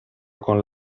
con